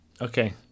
Okay